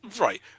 right